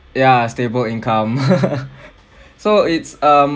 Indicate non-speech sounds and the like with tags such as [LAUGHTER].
ya stable income [LAUGHS] so it's um